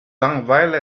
langeweile